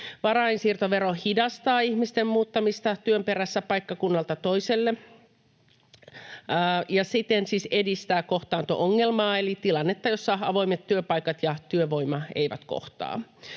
Varainsiirtovero hidastaa ihmisten muuttamista työn perässä paikkakunnalta toiselle ja siten siis edistää kohtaanto-ongelmaa eli tilannetta, jossa avoimet työpaikat ja työvoima eivät kohtaa.